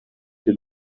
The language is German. hier